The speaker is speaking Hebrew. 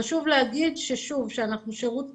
חשוב להגיד שאנחנו שירות קיים,